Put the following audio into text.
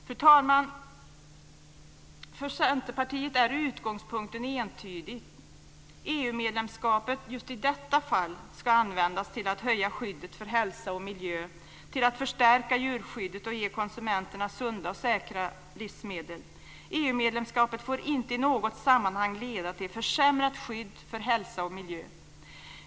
Fru talman! För Centerpartiet är utgångspunkten entydig: EU-medlemskapet just i detta fall ska användas till att öka skyddet för hälsa och miljö, till att förstärka djurskyddet och ge konsumenterna sunda och säkra livsmedel. EU-medlemskapet får inte i något sammanhang leda till försämrat skydd för hälsa och miljö.